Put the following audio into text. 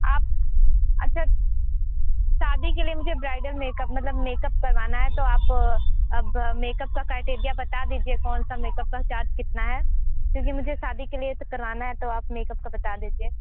आप अच्छा शादी के लिए मुझे ब्राइडल मेकअप मतलब मेकअप करवाना है तो आप अब मेकअप का क्राइटेरिया बता दीजिए कौन सा मेकअप का चार्ज कितना है क्योंकि मुझे शादी के लिए तो करवाना है तो आप मेकअप का बता देते